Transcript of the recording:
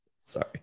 sorry